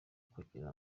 kugira